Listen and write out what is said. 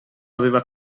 aveva